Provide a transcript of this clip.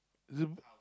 is it